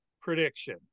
prediction